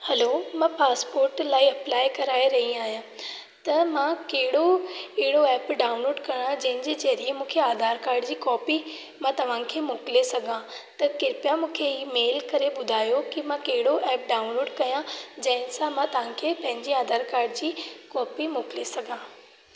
हलो मां पास्पोर्ट लाइ अप्लाइ कराए रही आहियां त मां कहिड़ो अहिड़ो एप डाऊनलोड करां जंहिं जे ज़रिए मूंखे आधार कार्ड जी कॉपी मां तव्हां खे मोकिले सघां त कृपया मूंखे इहो मेल करे ॿुधायो कि मां कहिड़ो एप डाऊनलोड कयां जंहिं सां मां तव्हां खे पंहिंजे आधार कार्ड जी कॉपी मोकिले सघां